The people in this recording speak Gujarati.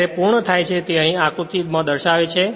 જ્યારે પૂર્ણ થાય છે તે અહીં આ આકૃતી દર્શાવે છે